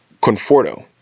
Conforto